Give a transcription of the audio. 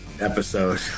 Episode